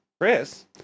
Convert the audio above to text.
Chris